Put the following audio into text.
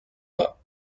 bas